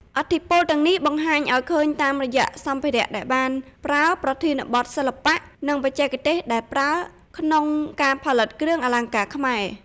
ឥទ្ធិពលទាំងនេះបង្ហាញឱ្យឃើញតាមរយៈសម្ភារៈដែលបានប្រើ ប្រធានបទសិល្បៈ និងបច្ចេកទេសដែលប្រើក្នុងការផលិតគ្រឿងអលង្ការខ្មែរ។